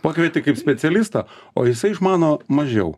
pakvieti kaip specialistą o jisai išmano mažiau